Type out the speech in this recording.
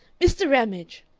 mr. ramage,